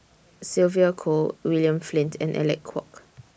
Sylvia Kho William Flint and Alec Kuok